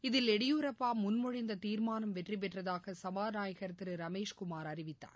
இதில் திருளடியூரப்பாமுன்மொழிந்ததீர்மானம் வெற்றிபெற்றதாகசபாநாயகள் திருரமேஷ்குமார் அறிவித்தார்